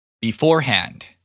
Beforehand